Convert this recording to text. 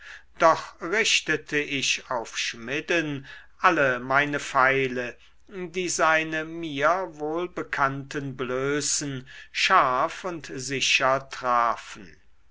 doch richtete ich auf schmiden alle meine pfeile die seine mir wohlbekannten blößen scharf und sicher trafen